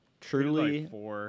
Truly